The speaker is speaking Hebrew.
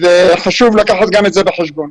וחשוב לקחת גם את זה בחשבון.